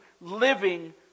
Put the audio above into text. living